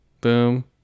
Boom